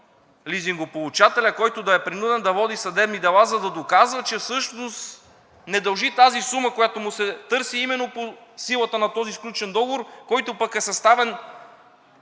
лизингополучателят, който да е принуден да води съдебни дела, за да доказва, че всъщност не дължи тази сума, която му се търси именно по силата на този сключен договор, който пък е съставен